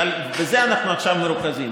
בזה אנחנו עכשיו מרוכזים.